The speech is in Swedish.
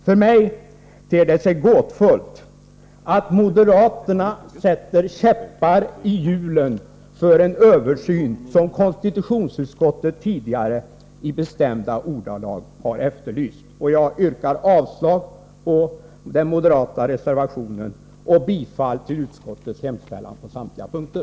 För mig ter det sig gåtfullt att moderaterna sätter käppar i hjulen för en översyn, som konstitutionsutskottet tidigare i bestämda ordalag har efterlyst. Jag yrkar avslag på den moderata reservationen och bifall till utskottets hemställan på samtliga punkter.